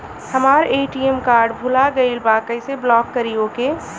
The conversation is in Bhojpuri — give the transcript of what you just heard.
हमार ए.टी.एम कार्ड भूला गईल बा कईसे ब्लॉक करी ओके?